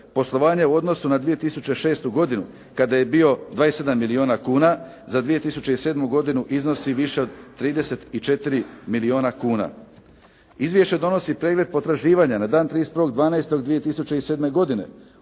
poslovanja u odnosu na 2006. godinu kada je bio 27 milijuna kuna za 2007. godinu iznosi više od 34 milijuna kuna. Izvješće donosi pregled potraživanja na dan 31. 12. 2007. godine